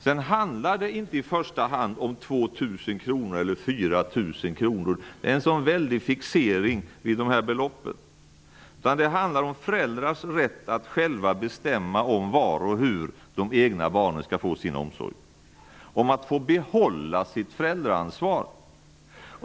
Det handlar inte i första hand om 2 000 kr eller 4 000 kr. Det är en väldig fixering vid dessa belopp. Det handlar om föräldrars rätt att själva bestämma om var och hur de egna barnen skall få sin omsorg och om deras rätt att få behålla sitt föräldraansvar.